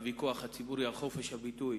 הוויכוח הציבורי על חופש הביטוי,